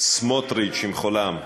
סמוטריץ עם חולם,